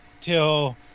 till